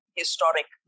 historic